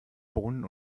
bohnen